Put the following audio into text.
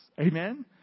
Amen